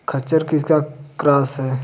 खच्चर किसका क्रास है?